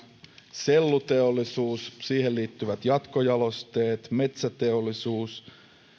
selluteollisuus siihen liittyvät jatkojalosteet metsäteollisuus